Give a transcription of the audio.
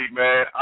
man